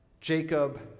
Jacob